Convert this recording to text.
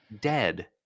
dead